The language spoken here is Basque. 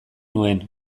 nuen